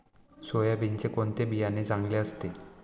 सोयाबीनचे कोणते बियाणे चांगले असते?